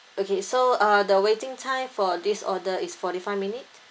okay so uh the waiting time for this order is forty five minute